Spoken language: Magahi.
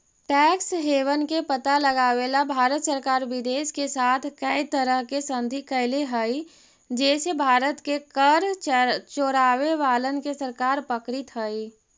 टैक्स हेवन के पता लगावेला भारत सरकार विदेश के साथ कै तरह के संधि कैले हई जे से भारत के कर चोरावे वालन के सरकार पकड़ित हई